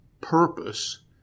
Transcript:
purpose